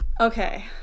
Okay